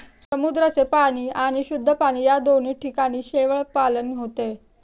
समुद्राचे पाणी आणि शुद्ध पाणी या दोन्ही ठिकाणी शेवाळपालन होते